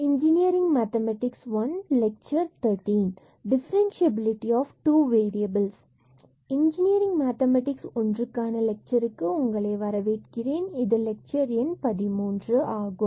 engineering mathematics 1 க்கான லெக்சர்க்கு உங்களை வரவேற்கிறேன் மற்றும் இது லெக்சர் எண் 13 ஆகும்